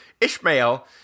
Ishmael